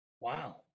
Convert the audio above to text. Wow